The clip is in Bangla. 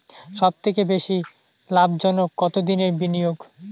সবথেকে বেশি লাভজনক কতদিনের বিনিয়োগ?